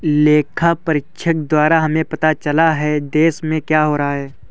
लेखा परीक्षक द्वारा हमें पता चलता हैं, देश में क्या हो रहा हैं?